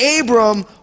Abram